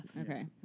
Okay